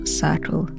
circle